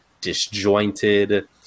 disjointed